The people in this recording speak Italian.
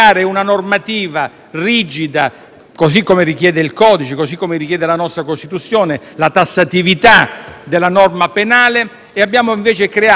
così come richiede il codice, la nostra Costituzione e la tassatività della norma penale, e abbiamo invece creato un